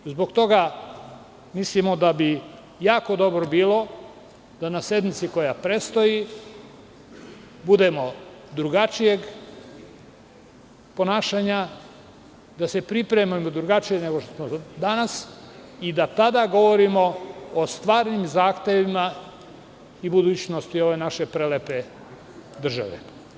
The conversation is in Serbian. Zbog toga mislimo da bi jako dobro bilo da na sednici koja predstoji budemo drugačijeg ponašanja, da se pripremimo drugačije nego što smo danas i da tada govorimo o stvarnim zahtevima i budućnosti ove naše prelepe države.